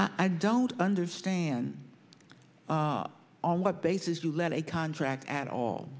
i don't understand on what basis you let a contract at all